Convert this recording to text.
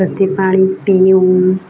ସେଥିପାଇଁ